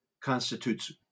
constitutes